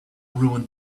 ruin